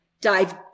dive